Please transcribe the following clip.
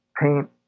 paint